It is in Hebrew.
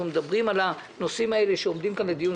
מדברים על הנושאים אלה שעומדים כאן לדיון,